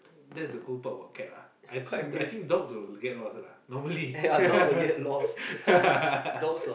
that's the cool part about cat ah I think I think dog will get lost lah normally